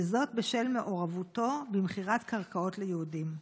וזאת בשל מעורבותו במכירת קרקעות ליהודים.